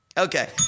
Okay